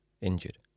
injured